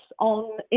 on